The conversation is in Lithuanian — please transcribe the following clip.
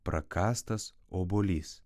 prakąstas obuolys